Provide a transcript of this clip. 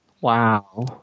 Wow